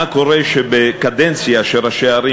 מה קורה בקדנציה של ראשי ערים,